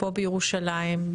פה בירושלים,